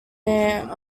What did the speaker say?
their